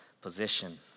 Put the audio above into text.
position